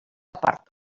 part